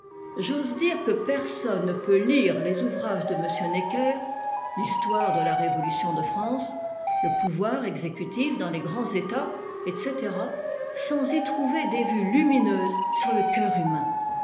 j'ose dire que personne ne peut lire les ouvrages de m necker l'histoire de la révolution de france le pouvoir exécutif dans les grands états etc sans y trouver des vues lumineuses sur le coeur humain